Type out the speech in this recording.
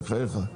בחייך.